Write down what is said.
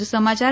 વધુ સમાયાર